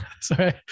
sorry